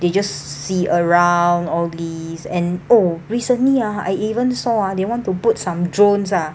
they just see around all this and oh recently ah I even saw ah they what to put some drones ah